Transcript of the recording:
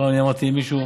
פעם אני אמרתי: אם מישהו,